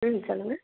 ம் சொல்லுங்கள்